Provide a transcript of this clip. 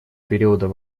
периода